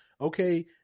okay